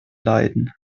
leiden